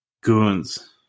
Goons